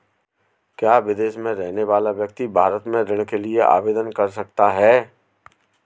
क्या विदेश में रहने वाला व्यक्ति भारत में ऋण के लिए आवेदन कर सकता है?